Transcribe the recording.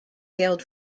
hailed